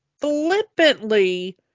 flippantly